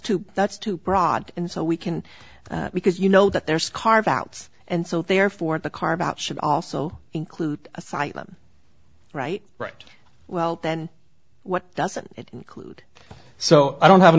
too that's too broad and so we can because you know that there's carve outs and so therefore the car about should also include asylum right right well then what doesn't it include so i don't have